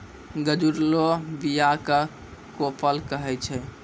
गजुरलो बीया क कोपल कहै छै